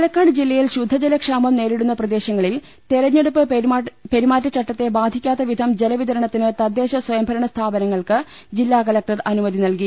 പാലക്കാട് ജില്ലയിൽ ശുദ്ധജല ക്ഷാമം നേരിടുന്ന പ്രദേശങ്ങ ട ളിൽ തെരഞ്ഞെടുപ്പ് പെരുമാറ്റച്ചട്ടത്തെ ബാധിക്കാത്തവിധം ജലവിത രണത്തിന് തദ്ദേശ സ്വയംഭരണ സ്ഥാപനങ്ങൾക്ക് ജില്ലാ കലക്ടർ അനുമതി നൽകി